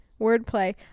wordplay